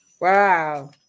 wow